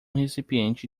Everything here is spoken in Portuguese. recipiente